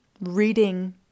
reading